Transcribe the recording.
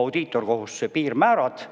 audiitorkohustuse piirmäärad.